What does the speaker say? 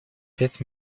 пять